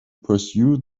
pursue